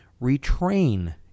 retrain